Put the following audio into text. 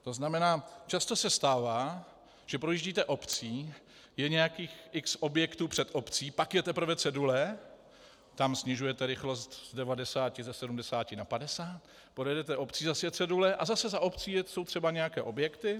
To znamená často se stává, že projíždíte obcí, je nějakých x objektů před obcí, pak je teprve cedule, tam snižujete rychlost z 90, 70 na 50, projedete obcí, zase je cedule a zase za obcí jsou třeba nějaké objekty.